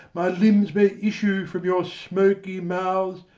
my limbs may issue from your smoky mouths,